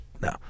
No